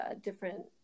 different